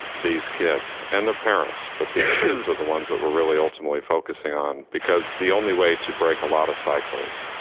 these kids and their parents, but the kids are the ones that we're really ultimately focusing on because the only way to break a lot of cycles